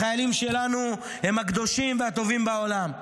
החיילים שלנו הם הקדושים והטובים בעולם.